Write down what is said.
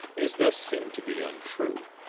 is thus seen to be untrue